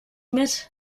mit